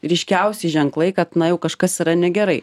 ryškiausi ženklai kad na jau kažkas yra negerai